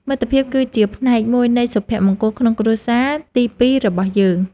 មិត្តភាពគឺជាផ្នែកមួយនៃសុភមង្គលក្នុងគ្រួសារទីពីររបស់យើង។